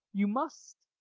you must.